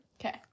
Okay